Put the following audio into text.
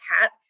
hat